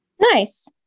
Nice